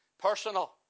personal